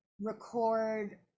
record